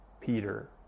Peter